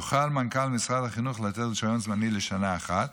יוכל מנכ"ל משרד החינוך לתת רישיון זמני לשנה אחת.